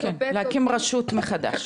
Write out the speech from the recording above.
לחפש עובדים.